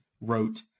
wrote